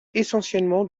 essentiellement